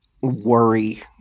worry